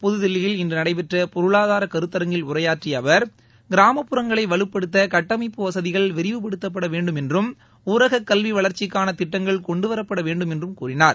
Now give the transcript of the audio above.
புதுதில்லியில் இன்று நடைபெற்ற பொருளாதார கருத்தரங்கில் உரையாற்றிய அவர் கிராமப்புறங்களை வலுப்படுத்த கட்டமைப்பு வசதிகள் விரிவுபடுத்தப்படவேண்டும் என்றும் ஊரக கல்வி வளர்ச்சிகான திட்டங்கள் கொண்டுவரப்படவேண்டும் என்றும் கூறினார்